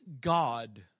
God